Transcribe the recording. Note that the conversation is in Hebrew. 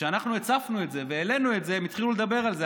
כשאנחנו הצפנו את זה והעלינו את זה הם התחילו לדבר על זה,